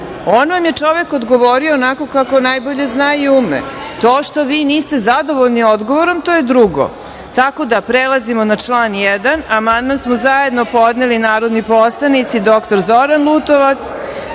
vam je čovek odgovorio onako kako najbolje zna i ume, to što vi niste zadovoljni odgovorom, to je drugo. Tako da, prelazimo na član 1. amandman smo zajedno podneli narodni poslanici dr Zoran Lutovac,